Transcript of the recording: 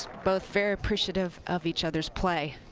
both very appreciative of each other's play.